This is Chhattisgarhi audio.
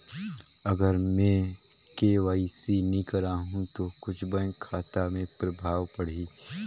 अगर मे के.वाई.सी नी कराहू तो कुछ बैंक खाता मे प्रभाव पढ़ी?